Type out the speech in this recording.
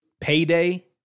Payday